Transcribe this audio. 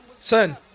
Son